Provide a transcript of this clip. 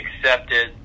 accepted